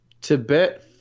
Tibet